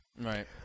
Right